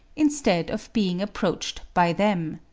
instead of being approached by them.